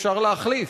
אפשר להחליף,